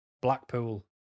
Blackpool